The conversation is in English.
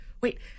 Wait